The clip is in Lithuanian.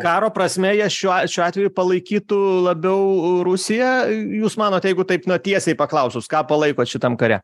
karo prasme jie šiuo šiuo atveju palaikytų labiau rusiją jūs manot jeigu taip na tiesiai paklausus ką palaikot šitam kare